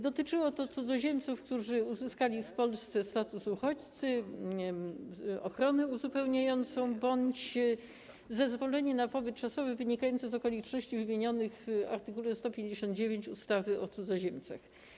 Dotyczyło to cudzoziemców, którzy uzyskali w Polsce status uchodźcy, ochronę uzupełniającą bądź zezwolenie na pobyt czasowy wynikające z okoliczności wymienionych w art. 159 ustawy o cudzoziemcach.